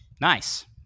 Nice